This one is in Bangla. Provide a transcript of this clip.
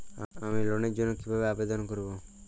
আমি লোনের জন্য কিভাবে আবেদন করব?